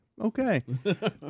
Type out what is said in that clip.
Okay